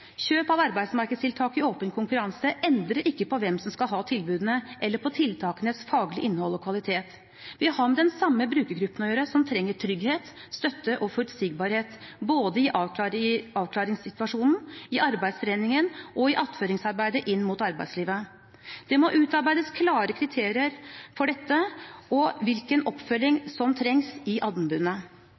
Kjøp av arbeidsmarkedstiltak i åpen konkurranse endrer ikke på hvem som skal ha tilbudene, eller på tiltakenes faglige innhold og kvalitet. Vi har med den samme brukergruppen å gjøre, som trenger trygghet, støtte og forutsigbarhet både i avklaringssituasjonen, i arbeidstreningen og i attføringsarbeidet inn mot arbeidslivet. Det må utarbeides klare kriterier for dette og for hvilken oppfølging som trengs i